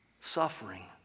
suffering